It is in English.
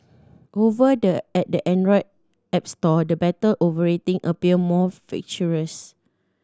over the at the Android app store the battle over rating appear more ferocious